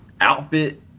outfit